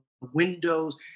windows